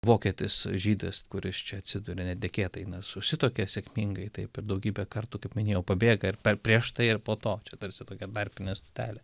vokietis žydas kuris čia atsiduria netikėtai susituokia sėkmingai taip ir daugybę kartų kaip minėjau pabėga ir per prieš tai ir po to čia tarsi tokia tarpinė stotelė